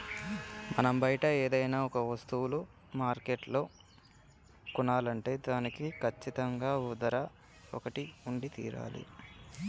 మనం బయట ఏదైనా ఒక వస్తువులు మార్కెట్లో కొనాలంటే దానికి కచ్చితంగా ఓ ధర ఒకటి ఉండి తీరాలి